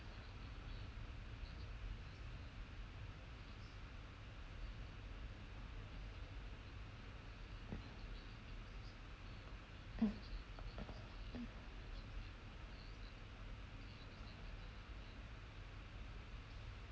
mm